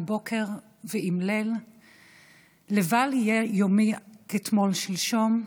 בוקר ועם ליל ,/ לבל יהיה יומי היום כתמול שלשום.